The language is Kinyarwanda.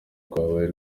rwabaye